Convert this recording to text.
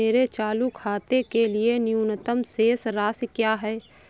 मेरे चालू खाते के लिए न्यूनतम शेष राशि क्या है?